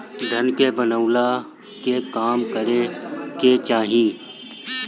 धन के बनवला के काम करे के चाही